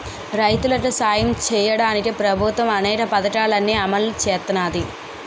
రైతులికి సాయం సెయ్యడానికి ప్రభుత్వము అనేక పథకాలని అమలు సేత్తన్నాది